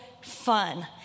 Fun